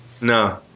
No